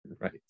Right